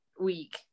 week